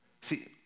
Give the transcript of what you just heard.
See